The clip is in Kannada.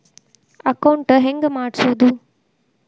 ಅಕೌಂಟ್ ಹೆಂಗ್ ಮಾಡ್ಸೋದು?